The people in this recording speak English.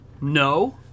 No